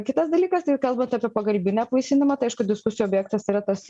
kitas dalykas tai kalbant apie pagalbinį apvaisinimą tai aišku diskusijų objektas yra tas